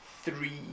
three